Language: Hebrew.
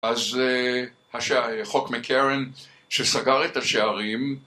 אז, אה, מה ש... חוק מקארן, שסגר את השערים